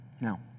Now